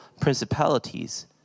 principalities